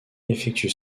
effectue